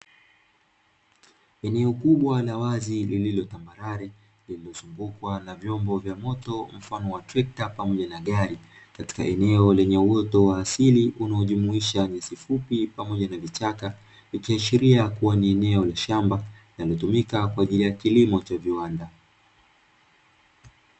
Eneo kubwa la wazi lililo tambarare limezungukwa na vyombo vya moto mfano wa trekta pamoja na gari katika eneo lenye uoto wa asili, unaojumuisha nyasi fupi pamoja na vichaka, ikiashiria kuwa ni eneo la shamba linalotumika kwa ajili ya kilimo cha viwanda.